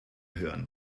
hören